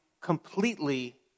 completely